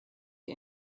the